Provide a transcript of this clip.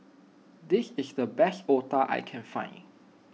this is the best Otah I can find